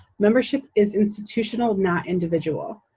membership is institutional, not individual.